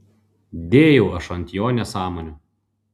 dėjau aš ant jo nesąmonių